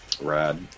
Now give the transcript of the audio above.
Rad